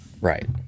Right